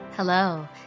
Hello